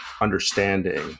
understanding